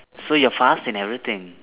so you're fast in everything